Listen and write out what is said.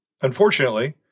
Unfortunately